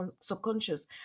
subconscious